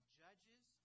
judges